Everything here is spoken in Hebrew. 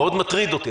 מאוד מטריד אותי.